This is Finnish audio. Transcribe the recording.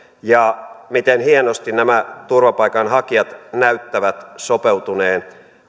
ja miten hienosti nämä turvapaikanhakijat näyttävät sopeutuneen